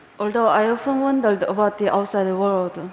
although i often wondered about the outside world,